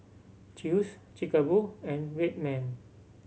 Chew's Chic a Boo and Red Man